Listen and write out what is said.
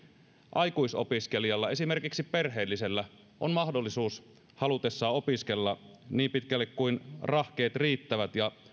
aikuisopiskelijalla esimerkiksi perheellisellä on mahdollisuus halutessaan opiskella niin pitkälle kuin rahkeet riittävät ja